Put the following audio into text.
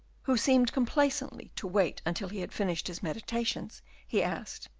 who seemed complacently to wait until he had finished his meditations he asked